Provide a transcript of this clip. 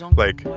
like,